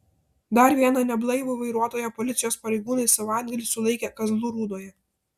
dar vieną neblaivų vairuotoją policijos pareigūnai savaitgalį sulaikė kazlų rūdoje